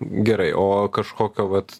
gerai o kažkokio vat